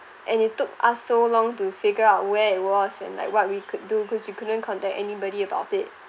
and it took us so long to figure out where it was and like what we could do because you couldn't contact anybody about it